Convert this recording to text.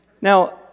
now